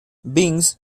vince